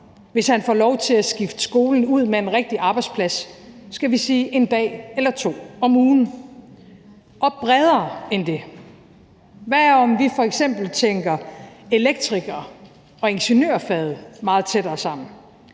hvis han får lov til at skifte skolen ud med en rigtig arbejdsplads, skal vi sige en dag eller to om ugen – og bredere end det: Hvad, om vi f.eks. tænker elektriker- og ingeniørfaget meget tættere sammen,